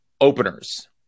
openers